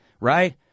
right